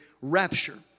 rapture